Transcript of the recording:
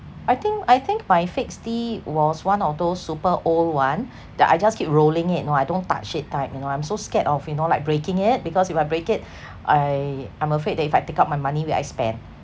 I think I think my fixed D was one of those super old one that I just keep rolling it you know I don't touch it type you know I'm so scared of you know like breaking it because if I break it I I'm afraid that if I take out my money will I spend